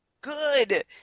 good